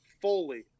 fully